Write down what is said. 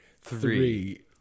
three